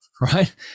right